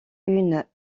une